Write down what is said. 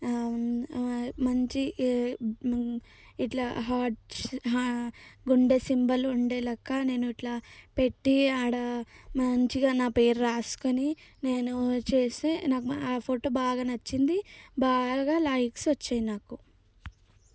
మంచి ఇట్లా హార్ట్స్ గుండె సింబల్ ఉండే లెక్క నేను ఇట్లా పెట్టి ఆడ మంచిగా నా పేరు వ్రాసుకొని నేను చేసే నాకు ఆ ఫోటో బాగా నచ్చింది బాగా లైక్స్ వచ్చాయి నాకు